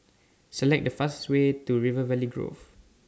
Select The fastest Way to River Valley Grove